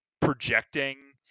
projecting